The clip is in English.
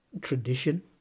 tradition